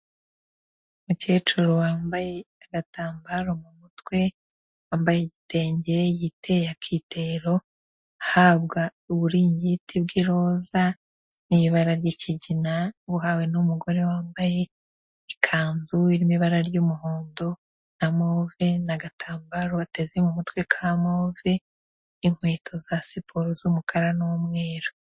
Umukecuru wambaye agatambaro mu mutwe, wambaye igitenge yiteye akitero ahabwa uburingiti bw'iroza n'ibara ry'ikigina abuhawe n'umugore wambaye ikanzu irimo ibara ry'umuhondo na move n'agatambaro ateze mu mutwe ka move, n'inkweto za siporo z'umukara n'umweru.